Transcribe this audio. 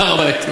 להר-הבית.